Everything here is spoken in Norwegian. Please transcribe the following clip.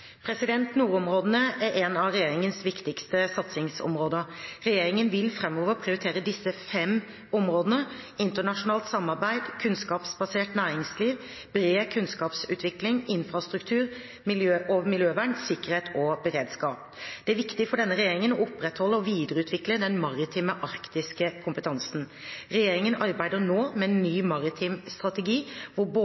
Nordområdene er et av regjeringens viktigste satsingsområder. Regjeringen vil framover prioritere disse fem områdene: internasjonalt samarbeid, kunnskapsbasert næringsliv, bred kunnskapsutvikling, infrastruktur og miljøvern, sikkerhet og beredskap. Det er viktig for denne regjeringen å opprettholde og videreutvikle den maritime arktiske kompetansen. Regjeringen arbeider nå med en